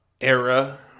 era